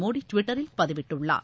மோடிட்விட்டரில் பதிவிட்டுள்ளார்